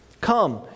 Come